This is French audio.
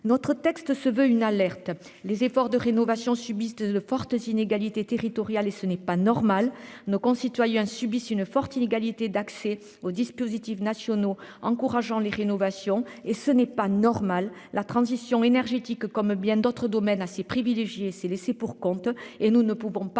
notre texte se veut une alerte les efforts de rénovation subissent de fortes inégalités territoriales et ce n'est pas normal. Nos concitoyens subissent une forte inégalité d'accès aux dispositifs nationaux encourageant les rénovations et ce n'est pas normal. La transition énergétique, comme bien d'autres domaines assez privilégié ces laissés pour compte et nous ne pouvons pas